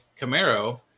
Camaro